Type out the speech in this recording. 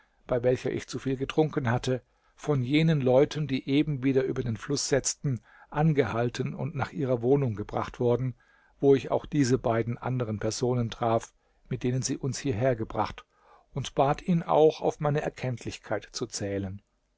bei welcher ich zuviel getrunken hatte von jenen leuten die eben wieder über den fluß setzten angehalten und nach ihrer wohnung gebracht worden wo ich auch diese beiden anderen personen traf mit denen sie uns hierher gebracht und bat ihn auch auf meine erkenntlichkeit zu zählen